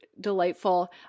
delightful